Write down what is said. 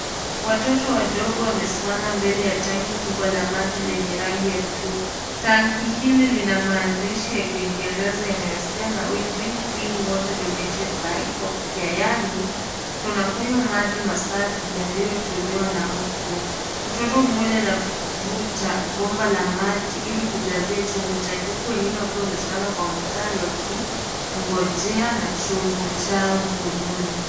Watoto wadogo wamesimama mbele ya tanki kubwa la maji lenye rangi ya blu . Tanki hili lina maandishi ya kingereza yanayosema we drink clean water donated by hope care yani tunakunywa maji masafi yaliyotolewa na hope care . Mtoto mmoja anavuta bomba la maji ili kujazia chombo chake huku wengine wakiwa wamesimama kwa mstari wakingojea na chombo chao mkononi.